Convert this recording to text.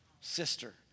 sister